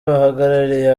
bahagarariye